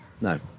No